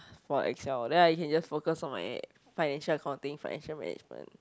for excel then I can just focus on my financial accounting financial management